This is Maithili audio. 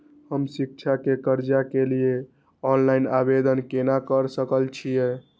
हम शिक्षा के कर्जा के लिय ऑनलाइन आवेदन केना कर सकल छियै?